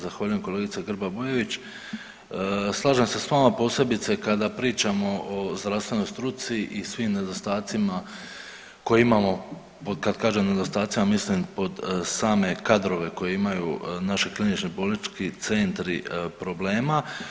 Zahvaljujem kolegice Grba Bujević, slažem se s vama posebice kada pričamo o zdravstvenoj struci i svim nedostacima koje imamo, kad kažem nedostacima mislim pod same kadrove koje imaju naši klinički bolnički centri problema.